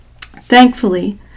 Thankfully